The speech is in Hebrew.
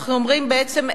אנחנו אומרים: בעצם,